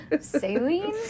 Saline